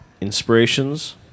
Inspirations